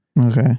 Okay